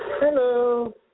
Hello